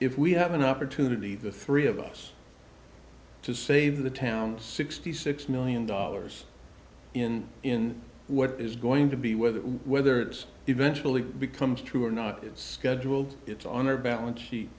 if we have an opportunity the three of us to save the town sixty six million dollars in in what is going to be whether whether it's eventually becomes true or not it's scheduled it's on our balance sheet